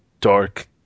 dark